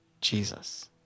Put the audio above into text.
Jesus